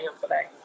today